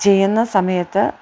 ചെയ്യുന്ന സമയത്ത്